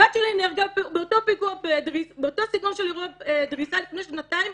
הבת שלי נהרגה באותו פיגוע דריסה לפני שנתיים.